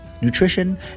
nutrition